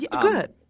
Good